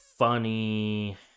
funny